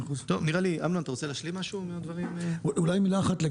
אולי עוד מילה אחת.